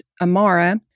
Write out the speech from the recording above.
Amara